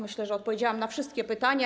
Myślę, że odpowiedziałam na wszystkie pytania.